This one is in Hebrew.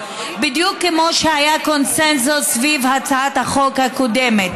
בדיוק כמו שהיה קונסנזוס סביב הצעת החוק הקודמת.